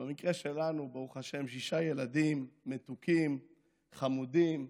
במקרה שלנו, ברוך השם, שישה ילדים מתוקים, חמודים,